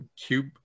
cube